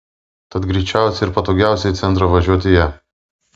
tad greičiausia ir patogiausia į centrą važiuoti ja